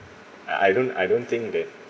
I don't I don't think that